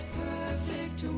perfect